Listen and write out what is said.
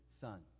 Son